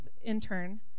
intern